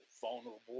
vulnerable